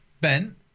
Ben